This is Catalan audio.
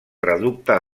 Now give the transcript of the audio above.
reducte